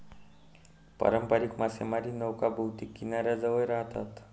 पारंपारिक मासेमारी नौका बहुतेक किनाऱ्याजवळ राहतात